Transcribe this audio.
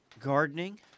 gardening